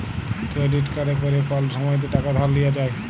credit কাড়ে ক্যরে কল সময়তে টাকা ধার লিয়া যায়